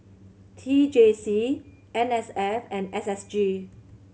T J C N S F and S S G